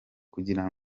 kugira